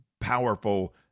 powerful